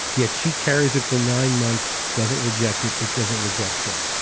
yet she carries it for nine months, doesn't reject it. it doesn't reject her.